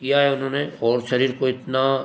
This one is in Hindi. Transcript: किया है उन्होंने और शरीर को इतना